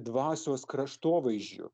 dvasios kraštovaizdžiu